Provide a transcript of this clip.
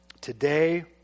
Today